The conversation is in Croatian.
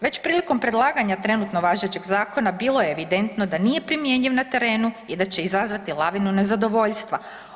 Već prilikom predlaganja trenutno važećeg zakona, bilo je evidentno da nije primjenjiv na terenu i da će izazvati lavinu nezadovoljstva.